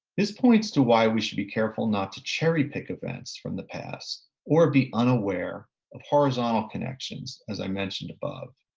this points to why we should be careful not to cherry pick events from the past or be unaware of horizontal connections as i mentioned above.